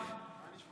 תודה.